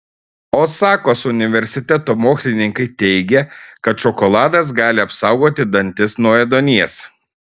osakos universiteto mokslininkai teigia kad šokoladas gali apsaugoti dantis nuo ėduonies